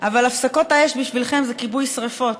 אבל הפסקות האש בשבילכם זה כיבוי שרפות,